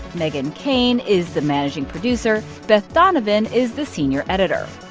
meghan keane is the managing producer. beth donovan is the senior editor.